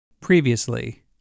Previously